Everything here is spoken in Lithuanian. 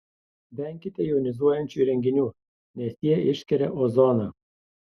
venkite jonizuojančių įrenginių nes jie išskiria ozoną